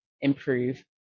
improve